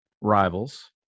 Rivals